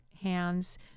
hands